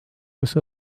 kus